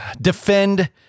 defend